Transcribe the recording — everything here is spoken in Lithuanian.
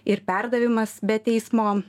ir perdavimas be teismo